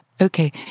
okay